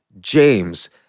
James